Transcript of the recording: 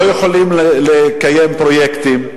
לא יכולים לקיים פרויקטים,